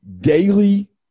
daily